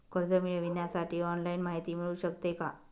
कर्ज मिळविण्यासाठी ऑनलाईन माहिती मिळू शकते का?